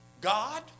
God